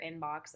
inbox